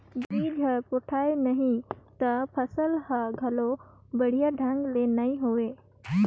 बिज हर पोठाय नही त फसल हर घलो बड़िया ढंग ले नइ होवे